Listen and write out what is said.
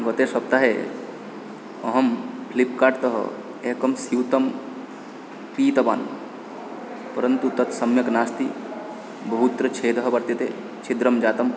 गत सप्ताहे अहं फ़्लिफ्कार्ट् तः एकं स्यूतं क्रीतवान् परन्तु तत् सम्यक् नास्ति बहुत्र छेदः वर्तते छिद्रं जातम्